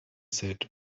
said